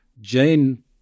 Jane